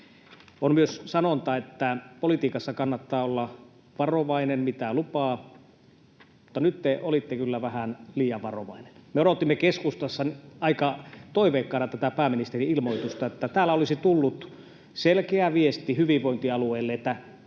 On myös sanonta, että politiikassa kannattaa olla varovainen siinä, mitä lupaa, mutta nyt te olitte kyllä vähän liian varovainen. Me odotimme keskustassa aika toiveikkaina tätä pääministerin ilmoitusta, että täällä olisi tullut selkeä viesti hyvinvointialueille, että